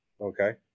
Okay